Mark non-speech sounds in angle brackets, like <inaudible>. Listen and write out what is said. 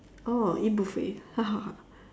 oh eat buffet <laughs>